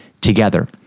together